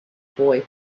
boy